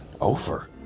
over